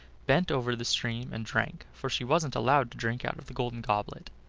bent over the stream, and drank, for she wasn't allowed to drink out of the golden goblet.